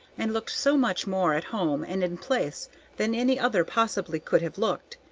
and looked so much more at home and in place than any other possibly could have looked,